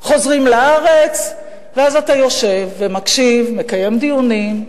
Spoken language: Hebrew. חוזרים לארץ, ואז אתה יושב ומקשיב, מקיים דיונים,